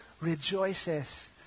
rejoices